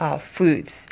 foods